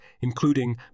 including